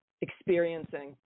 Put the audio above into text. Experiencing